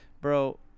bro